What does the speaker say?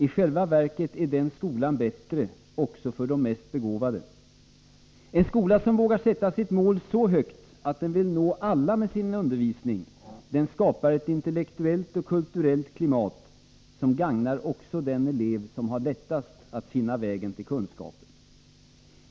I själva verket är den skolan bättre också för de mest begåvade. En skola som vågar sätta sitt mål så högt att den vill nå alla med sin undervisning skapar ett intellektuellt och kulturellt klimat som gagnar också den elev som har lättast att finna vägen till kunskapen.